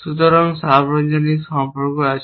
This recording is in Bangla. সুতরাং সার্বজনীন সম্পর্ক আছে